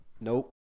Nope